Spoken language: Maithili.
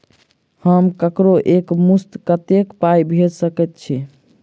हम ककरो एक मुस्त कत्तेक पाई भेजि सकय छी?